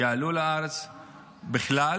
יעלו לארץ בכלל,